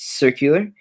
circular